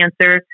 cancer